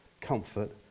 comfort